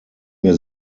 mir